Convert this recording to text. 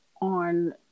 on